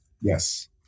Yes